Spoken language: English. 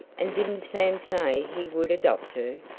and didn't sam say he would adopt her?